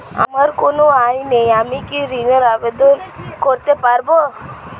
আমার কোনো আয় নেই আমি কি ঋণের জন্য আবেদন করতে পারব?